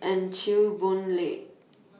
and Chew Boon Lay